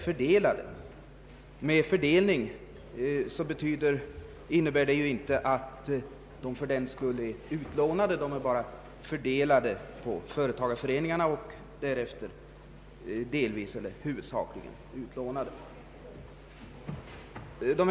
Fördelningen innebär inte att pengarna är utlånade. De är endast fördelade på företagarföreningarna som därefter huvudsakligen lånat ut dem.